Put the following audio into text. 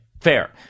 fair